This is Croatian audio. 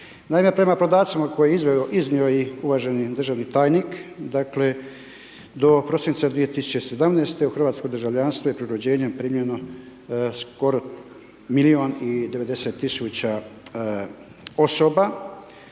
Naime, prema podacima koje je iznio i uvaženi državni tajnik dakle do prosinca 2017. u hrvatsko državljanstvo je pri rođenjem primljeno skoro milijun i 90 tisuća osoba.